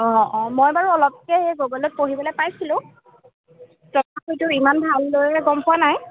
অঁ অঁ মই বাৰু অলপকৈ সেই গুগলত পঢ়িবলৈ পাইছিলোঁ তথাপিতো ইমান ভালদৰে গম পোৱা নাই